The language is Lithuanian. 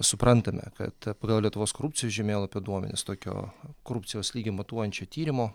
suprantame kad pagal lietuvos korupcijos žemėlapio duomenis tokio korupcijos lygį matuojančių tyrimo